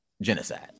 genocide